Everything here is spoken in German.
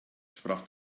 sprach